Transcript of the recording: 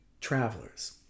travelers